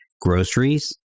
groceries